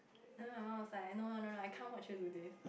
then my mum was like no no no no I can't watch you do this